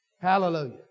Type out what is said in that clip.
Hallelujah